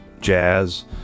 jazz